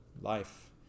life